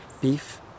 beef